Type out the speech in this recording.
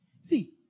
See